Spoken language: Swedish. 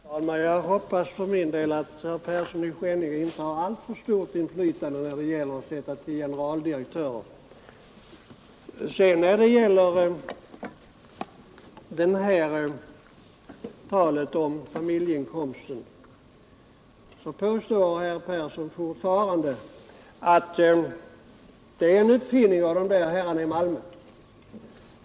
Herr talman! Jag hoppas för min del att herr Persson i Skänninge inte har alltför stort inflytande när det gäller att tillsätta generaldirektörer. I fråga om familjeinkomsten påstår herr Persson fortfarande att det rör sig om en uppfinning av herrarna i Malmö.